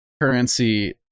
currency